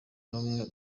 n’umwe